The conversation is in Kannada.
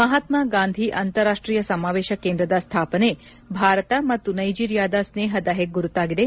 ಮಹಾತ್ಮ ಗಾಂಧಿ ಅಂತಾರಾಷ್ಟೀಯ ಸಮಾವೇಶ ಕೇಂದ್ರದ ಸ್ಥಾಪನೆ ಭಾರತ ಮತ್ತು ನೈಜಿರೀಯಾದ ಸ್ನೇಪದ ಪೆಗ್ಗುರುತಾಗಿದೆ